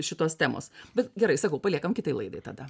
šitos temos bet gerai sakau paliekam kitai laidai tada